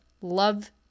Love